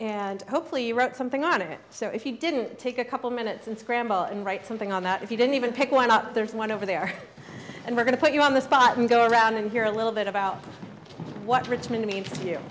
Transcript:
and hopefully you wrote something on it so if you didn't take a couple minutes and scramble and write something on that if you didn't even pick one up there's one over there and we're going to put you on the spot you go around and hear a little bit about what richmond i mean